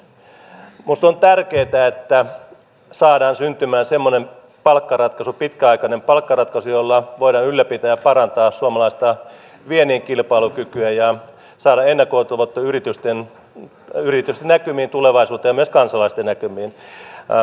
minusta on tärkeätä että saadaan syntymään semmoinen pitkäaikainen palkkaratkaisu jolla voidaan ylläpitää ja parantaa suomalaista viennin kilpailukykyä ja saada ennakoitavuutta yritysten näkymiin tulevaisuuteen ja myös kansalaisten näkymiin